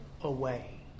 away